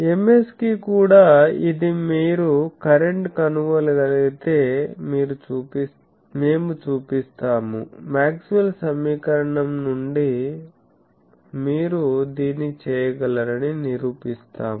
Ms కి కూడా ఇది మీరు కరెంట్ కనుగొనగలిగే మేము చూపిస్తాము మాక్స్వెల్ సమీకరణం నుండి మీరు దీన్ని చేయగలరని నిరూపిస్తాము